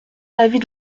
l’avis